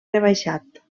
rebaixat